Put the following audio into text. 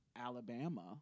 Alabama